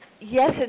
yes